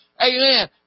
amen